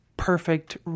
perfect